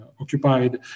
occupied